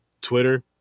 Twitter